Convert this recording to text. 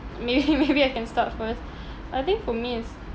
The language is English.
maybe maybe I can start first I think for me is